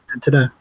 today